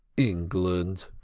england!